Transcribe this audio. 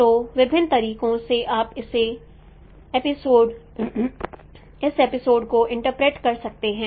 तो विभिन्न तरीकों से आप इस एपिसोड को इंटरप्रेट कर सकते हैं